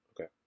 Okay